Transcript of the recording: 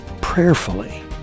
prayerfully